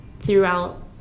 throughout